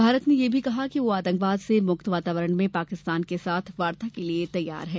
भारत ने यह भी कहा है कि वह आतंक से मुक्त वातावरण में पाकिस्तान के साथ वार्ता के लिए तैयार है